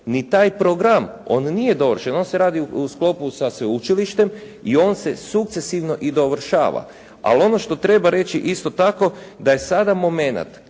ni taj program on nije dovršen, on se radi u sklopu sa sveučilištem i on se sukcesivno i dovršava. Al' ono što treba reći isto tako da je sada moment